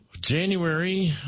January